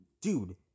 Dude